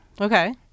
okay